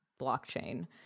blockchain